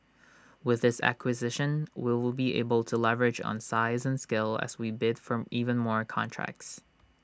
with this acquisition we will be able to leverage on size and scale as we bid for even more contracts